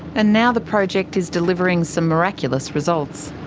and now the project is delivering some miraculous results.